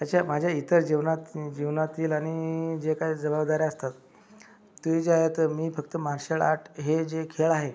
तशा माझ्या इतर जीवनात जीवनातील आणि जे काय जबाबदाऱ्या असतात तुझ्यातं मी फक्त मार्शल आर्ट हे जे खेळ आहे